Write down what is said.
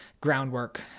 groundwork